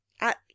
At